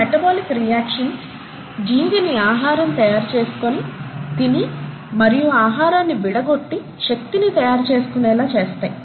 ఈ metabolic reactions జీవిని ఆహరం తయారు చేసుకుని తిని మరియు ఆ ఆహారాన్ని విడగొట్టి శక్తిని తయారు చేసుకునేలా చేస్తాయి